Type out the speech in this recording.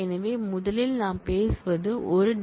எனவே முதலில் நாம் பேசுவது ஒரு டி